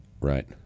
right